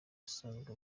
asanzwe